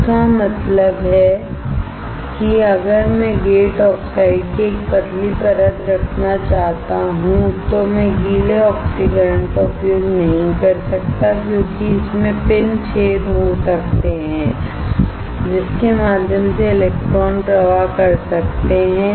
इसका मतलब है अगर मैं गेट ऑक्साइड की एक पतली परत रखना चाहता हूं तो मैं गीले ऑक्सीकरण का उपयोग नहीं कर सकता क्योंकि इसमें पिन छेद हो सकते हैं जिसके माध्यम से इलेक्ट्रॉन प्रवाह कर सकते हैं